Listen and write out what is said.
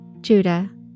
Judah